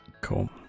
Cool